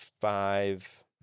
five